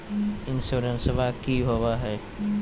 इंसोरेंसबा की होंबई हय?